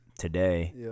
Today